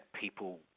people